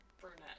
Brunette